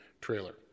trailer